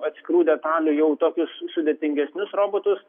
atskirų detalių jau tokius sudėtingesnius robotus